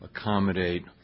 accommodate